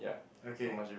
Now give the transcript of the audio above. okay